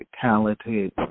talented